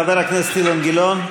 חבר הכנסת אילן גילאון.